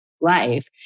life